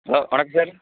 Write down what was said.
hello வணக்கம் sir